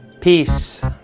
Peace